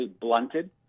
blunted